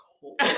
cold